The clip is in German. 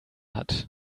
hat